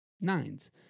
Nines